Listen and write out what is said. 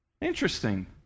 Interesting